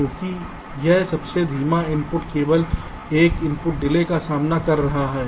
क्योंकि यह सबसे धीमा इनपुट केवल एक गेट डिले का सामना कर रहा है